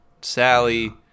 Sally